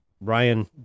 Ryan